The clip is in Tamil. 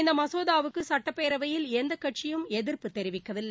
இந்த மசோதாவுக்கு சட்டப்பேரவையில் எந்த கட்சியும் எதிர்ப்பு தெரிவிக்கவில்லை